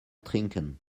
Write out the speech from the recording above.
trinken